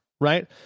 right